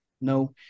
no